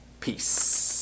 peace